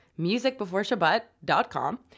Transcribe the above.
musicbeforeshabbat.com